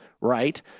right